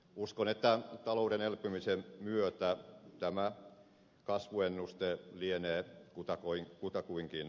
uskon että talouden elpymisen myötä tämä kasvuennuste lienee kutakuinkin kohdallaan